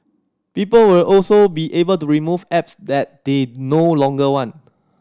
people will also be able to remove apps that they no longer want